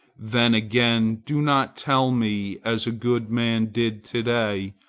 then again, do not tell me, as a good man did to-day,